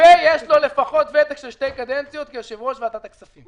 ויש לו לפחות ותק של שתי קדנציות כיושב ראש ועדת הכספים.